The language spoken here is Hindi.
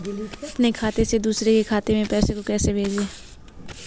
अपने खाते से दूसरे के खाते में पैसे को कैसे भेजे?